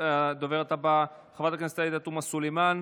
הדוברת הבאה, חברת הכנסת עאידה תומא סלימאן,